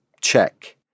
Check